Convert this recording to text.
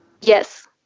Yes